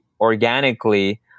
organically